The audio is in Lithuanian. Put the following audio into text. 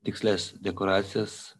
tikslias dekoracijas